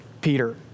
Peter